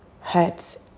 hurts